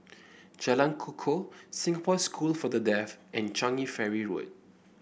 Jalan Kukoh Singapore School for the Deaf and Changi Ferry Road